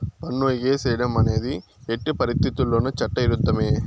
పన్ను ఎగేసేడం అనేది ఎట్టి పరిత్తితుల్లోనూ చట్ట ఇరుద్ధమే